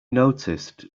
noticed